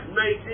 19